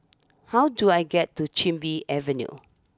how do I get to Chin Bee Avenue